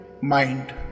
Mind